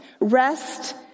rest